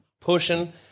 pushing